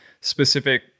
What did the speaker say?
specific